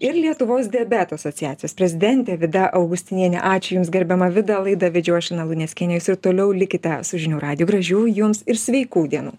ir lietuvos diabeto asociacijos prezidentė vida augustinienė ačiū jums gerbiama vida laidą vedžiau aš lina luneckienė jūs ir toliau likite su žinių radiju gražių jums ir sveikų dienų